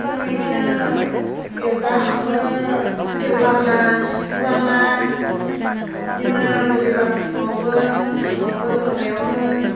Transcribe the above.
जों बिदिनो गिर्जा हाबो देवबारब्ला सुखुरबारब्ला बिदिनो रबिबार फुंआवबो सानावबो मोनायावबो